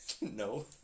No